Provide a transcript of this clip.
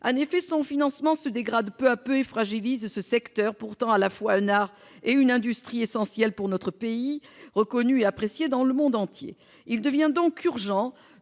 En effet, son financement se dégrade peu à peu, d'où une fragilisation d'un secteur qui représente pourtant à la fois un art et une industrie essentiels pour notre pays, reconnus et appréciés dans le monde entier. Il devient donc urgent